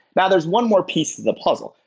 now there's one more piece of the puzzle.